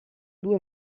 due